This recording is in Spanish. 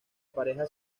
pareja